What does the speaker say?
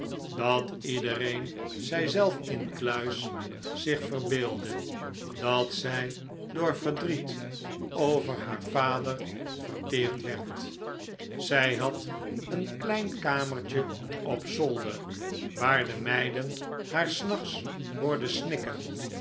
dat iedereen zijzelf incluis zich verbeeldde dat zij door verdriet over haar vader verteerd werd zij had een klein kamertje op zolder waar de meiden haar s nachts hoorden snikken